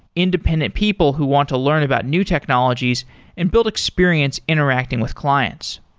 independent people who want to learn about new technologies and build experience interacting with clients.